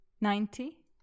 Ninety